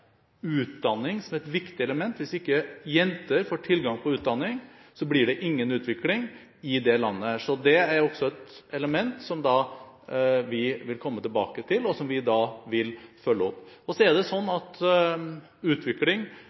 utdanning som et viktig element. Hvis ikke jenter får tilgang på utdanning, blir det ingen utvikling i det landet. Det er også et element som vi vil komme tilbake til, og som vi vil følge opp. Utvikling er